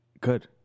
Good